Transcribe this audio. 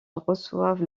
reçoivent